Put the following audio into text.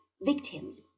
victims